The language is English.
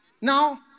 Now